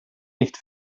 nicht